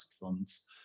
funds